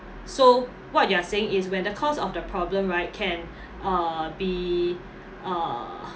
so what they are saying is when the cause of the problem right can uh be uh